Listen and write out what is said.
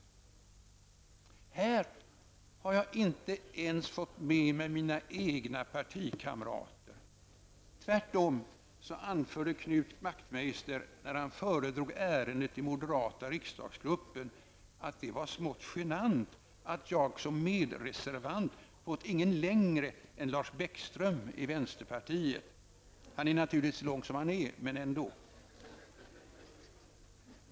Här har jag inte ens fått med mig mina egna partikamrater. Tvärtom anförde Knut Wachtmeister när han föredrog ärendet i moderata riksdagsgruppen att det var smått genant att jag som medreservant fått ingen längre än Lars Bäckström i vänsterpartiet. Han är naturligtvis lång som han är, men ändå.